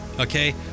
Okay